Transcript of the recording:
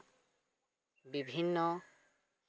ᱵᱤᱵᱷᱤᱱᱱᱚ